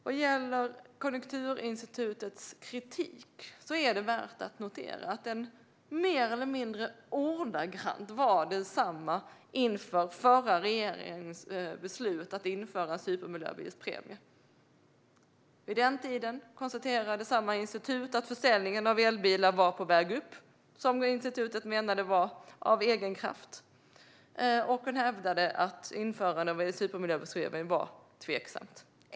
Vad gäller Konjunkturinstitutets kritik är det värt att notera att den mer eller mindre ordagrant var densamma inför förra regeringens beslut att införa en supermiljöbilspremie. Vid den tiden konstaterade samma institut att försäljningen av elbilar var på väg upp, vilket institutet menade var av egen kraft, och man hävdade att införandet av supermiljöbilspremien var tveksamt.